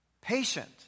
Patient